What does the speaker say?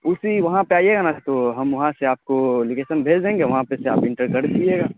اسی وہاں پہ آئیے گا نا تو ہم وہاں سے آپ کو لوکیشن بھیج دیں گے وہاں پہ سے آپ انٹر کر لیجیے گا